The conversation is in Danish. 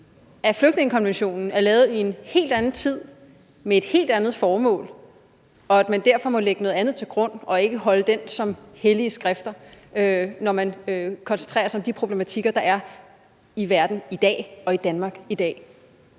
at flygtningekonventionen er lavet i en helt anden tid med et helt andet formål, og at man derfor må lægge noget andet til grund og ikke betragte den som et helligt skrift, når man fokuserer på de problematikker, der er i verden og i Danmark i dag?